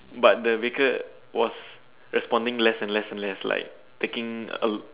but the baker was responding less and less and less like taking a